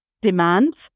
demands